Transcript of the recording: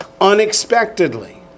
unexpectedly